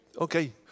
Okay